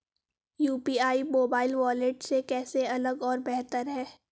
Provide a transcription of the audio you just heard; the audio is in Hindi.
यू.पी.आई मोबाइल वॉलेट से कैसे अलग और बेहतर है?